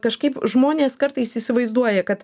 kažkaip žmonės kartais įsivaizduoja kad